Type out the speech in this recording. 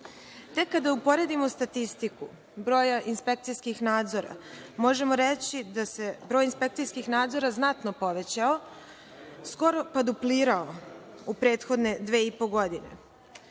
Tek kada uporedimo statistiku broja inspekcijskih nadzora, možemo reći da se broj inspekcijskih nadzora znatno povećao, skoro pa duplirao, u prethodne dve i po godine.No,